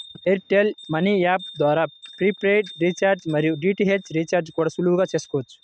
air tell money app ద్వారా prepaid recharge మరియు DTH recharge కూడా సులభంగా చేసుకోవచ్చు